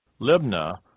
Libna